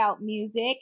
music